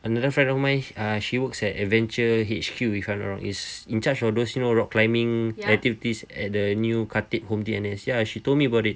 another friend of mine uh she works at adventure H_Q if I'm not wrong it's in charge of those you know rock climbing activities at the new khatib home T_N_S ya she told me about it